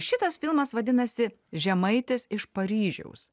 šitas filmas vadinasi žemaitis iš paryžiaus